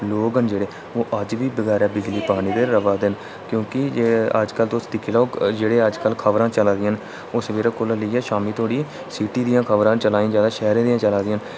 लोक न जेह्ड़े ओह् अज्ज बी बगैर बिजली दे पानी दे र'वै दे न क्योंकि अजकल तुस दिक्खी लैओ जेह्ड़े अजकल खबरां चला दियां न ओह् सवेरे कोला लेइयै शामीं धोड़ी सिटी दियां खबरां चला दियां जैदा सिटी दियां शैह्रें दियां चलै दियां जैदा